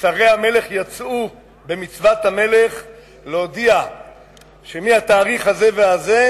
שרי המלך יצאו במצוות המלך להודיע שמהתאריך הזה והזה